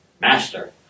master